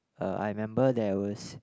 uh I remember there was